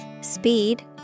speed